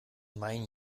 mein